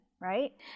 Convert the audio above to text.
right